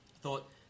thought